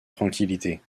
tranquillité